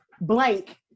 blank